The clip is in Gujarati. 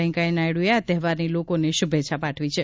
વેકેયા નાયડુએ આ તહેવારની લોકોને શુભેચ્છા પાઠવી છે